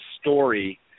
story